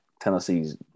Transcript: Tennessee's